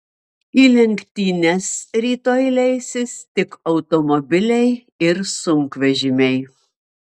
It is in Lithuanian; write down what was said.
į lenktynes rytoj leisis tik automobiliai ir sunkvežimiai